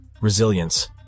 resilience